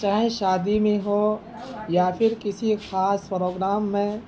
چاہے شادی میں ہو یا پھر کسی خاص پروگرام میں